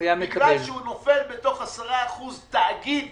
בגלל שהוא נופל בתוך 10% תאגיד